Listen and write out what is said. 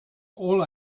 all